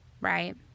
Right